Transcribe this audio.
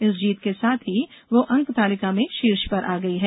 इस जीत के साथ ही वो अंक तालिका में शीर्ष पर आ गयी है